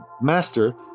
Master